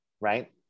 right